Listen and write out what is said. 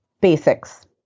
Basics